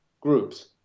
groups